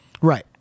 right